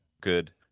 good